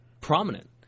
prominent